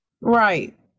Right